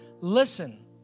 listen